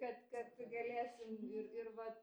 kad kad galėsim ir ir vat